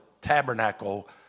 tabernacle